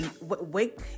Wake